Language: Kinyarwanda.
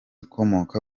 ukomoka